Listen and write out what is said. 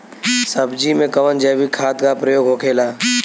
सब्जी में कवन जैविक खाद का प्रयोग होखेला?